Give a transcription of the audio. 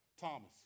Thomas